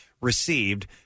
received